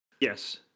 Yes